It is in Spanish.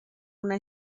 una